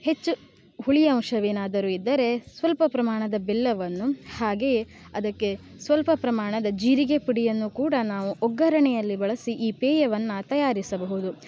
ಹೆಚ್ಚು ಹುಳಿ ಅಂಶವೇನಾದರೂ ಇದ್ದರೆ ಸ್ವಲ್ಪ ಪ್ರಮಾಣದ ಬೆಲ್ಲವನ್ನು ಹಾಗೆಯೇ ಅದಕ್ಕೆ ಸ್ವಲ್ಪ ಪ್ರಮಾಣದ ಜೀರಿಗೆ ಪುಡಿಯನ್ನು ಕೂಡ ನಾವು ಒಗ್ಗರಣೆಯಲ್ಲಿ ಬಳಸಿ ಈ ಪೇಯವನ್ನು ತಯಾರಿಸಬಹುದು